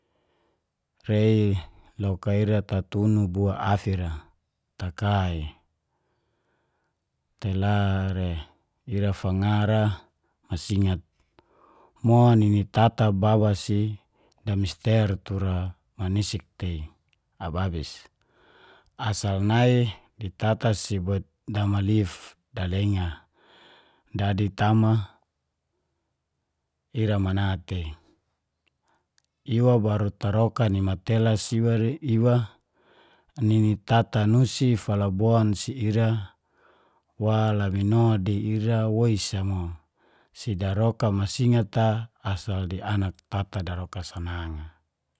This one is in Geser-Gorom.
Rei loka ira tatunu bo afira, takaa i tela re ira fanga ra masingat. Mo nini tata baba si damister tura manisik tei ababis, asal nai ditata si boit damalif dalenga da ditama ira mana tei, ira baru taroka ni matelas iwa re nini tatanusi falabon si ira wa lamino di ira woisa mo, si daroka masingat a asal di anak tata daroka sanang a.